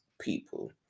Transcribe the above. people